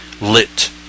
lit